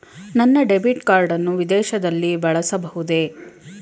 ನನ್ನ debit card ಅನ್ನು ವಿದೇಶದಲ್ಲಿ ಬಳಸಬಹುದೇ?